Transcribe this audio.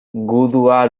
gudua